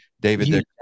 David